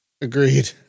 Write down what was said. Agreed